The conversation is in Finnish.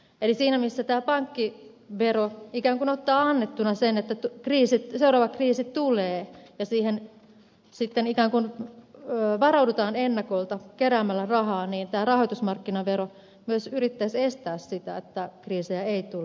eli siinä missä tämä pankkivero ikään kuin ottaa annettuna sen että seuraava kriisi tulee ja siihen sitten ikään kuin varaudutaan ennakolta keräämällä rahaa tämä rahoitusmarkkinavero myös yrittäisi estää sitä että kriisejä ei tule